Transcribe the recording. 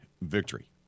victory